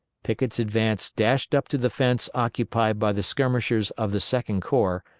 pickett's advance dashed up to the fence occupied by the skirmishers of the second corps,